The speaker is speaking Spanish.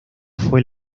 fue